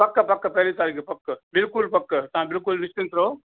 पक पक पहिरीं तारीख़ु पक बिल्कुलु पक तव्हां बिल्कुलु निश्चिंत रहो